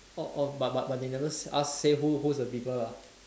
orh orh but but but they never ask say who who's the people lah